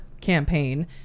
campaign